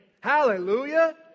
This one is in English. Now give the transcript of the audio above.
Hallelujah